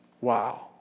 Wow